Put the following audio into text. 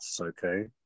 Okay